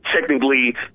technically